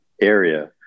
area